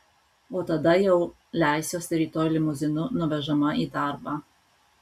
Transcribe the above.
o tada jau leisiuosi rytoj limuzinu nuvežama į darbą